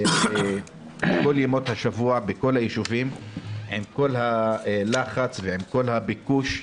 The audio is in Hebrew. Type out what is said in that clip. בכל ימות השבוע בכל הישובים עם כל הלחץ והביקוש,